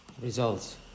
Results